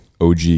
og